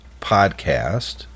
podcast